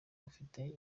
bifite